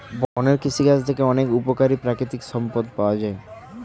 বনের কৃষিকাজ থেকে অনেক উপকারী প্রাকৃতিক সম্পদ পাওয়া যায়